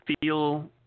feel